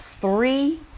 three